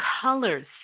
colors